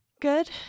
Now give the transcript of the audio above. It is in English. Good